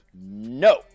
No